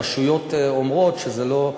הרשויות אומרות שזה לא,